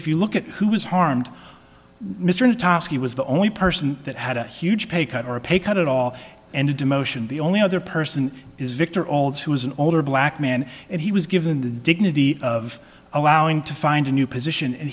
if you look at who was harmed mr natasa he was the only person that had a huge pay cut or a pay cut at all and a demotion the only other person is victor all those who was an older black man and he was given the dignity of allowing to find a new position and